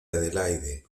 adelaide